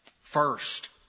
First